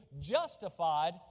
justified